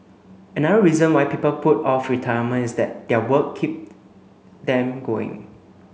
another reason why people put off retirement is that their work keep them going